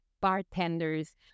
bartenders